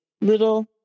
little